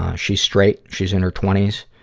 ah she's straight, she's in her twenty s,